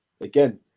again